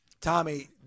Tommy